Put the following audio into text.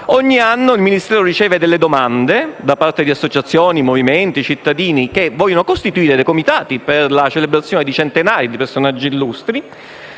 ogni anno il Ministero riceve un certo numero di domande da parte di associazioni, movimenti o cittadini che vogliono costituire comitati per la celebrazione di centenari di personaggi illustri.